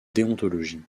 déontologie